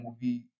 movie